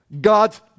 God's